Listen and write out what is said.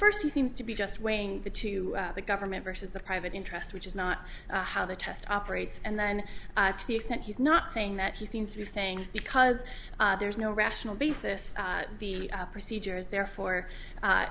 first he seems to be just weighing the to the government versus the private interest which is not how the test operates and then to the extent he's not saying that he seems to be saying because there's no rational basis the procedure is there for